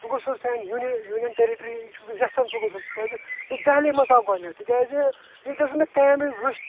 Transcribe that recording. سُہ گوٚس یُن سانہِ یوٗنین یوٗنین ٹریٹری چھُس بہٕ یژھان سُہ گوٚژھ یُن تِکیٛازِ یُس دہلی منٛز آو گۄڈٕنٮ۪تھٕے تِکیٛازِ یِم تٔمۍ سٕنٛز مےٚ کامہ وٕچھ